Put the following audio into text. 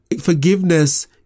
forgiveness